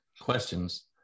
questions